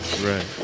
Right